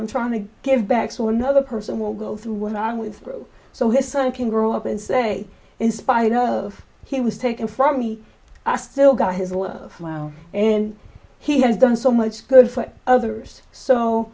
i'm trying to give back so another person will go through with and with so his son can grow up and say in spite of he was taken from me i still got his love and he has done so much good for others so